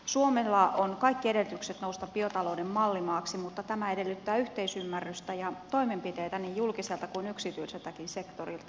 suomella on kaikki edellytykset nousta biotalouden mallimaaksi mutta tämä edellyttää yhteisymmärrystä ja toimenpiteitä niin julkiselta kuin yksityiseltäkin sektorilta